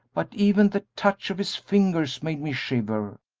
but even the touch of his fingers made me shiver.